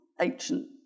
ancient